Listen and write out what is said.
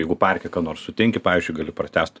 jeigu parke ką nors sutinki pavyzdžiui gali pratęsti